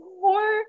four